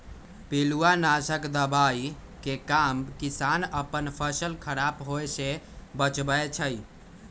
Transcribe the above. पिलुआ नाशक दवाइ के काम किसान अप्पन फसल ख़राप होय् से बचबै छइ